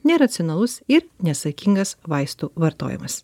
neracionalus ir nesaikingas vaistų vartojimas